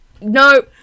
no